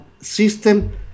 system